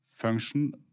function